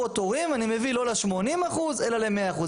התורים אני מביא לא ל-80% אלא ל-100%.